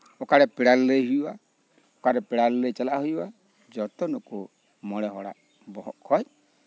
ᱚᱠᱟᱨᱮ ᱯᱮᱲᱟ ᱞᱟᱹᱞᱟᱹᱭ ᱦᱩᱭᱩᱜᱼᱟ ᱚᱠᱟᱨᱮ ᱯᱮᱲᱟ ᱞᱟᱹᱞᱟᱹᱭ ᱪᱟᱞᱟᱜ ᱦᱩᱭᱩᱜᱼᱟ ᱡᱚᱛᱚ ᱱᱩᱠᱩ ᱢᱚᱬᱮ ᱦᱚᱲᱟᱜ ᱵᱚᱦᱚᱜ ᱠᱷᱚᱱ